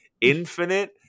Infinite